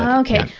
um okay.